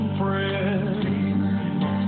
friends